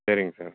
சரிங்க சார்